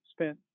spent